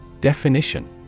Definition